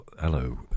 hello